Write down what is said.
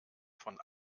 von